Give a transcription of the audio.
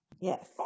Yes